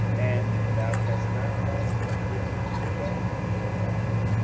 and thou hast not asked riches, wealth, or honour,